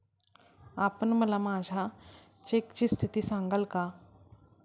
आपण मला माझ्या चेकची स्थिती सांगाल का?